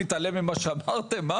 נתעלם ממה שאמרתם?